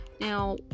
Now